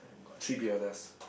got three piranhas